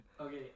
Okay